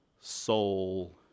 soul